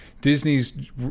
Disney's